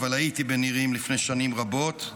אבל הייתי בנירים לפני שנים רבות,